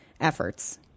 efforts